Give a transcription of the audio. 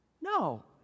No